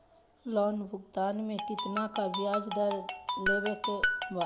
Loan भुगतान में कितना का ब्याज दर देवें के बा?